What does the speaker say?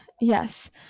yes